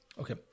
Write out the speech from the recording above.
okay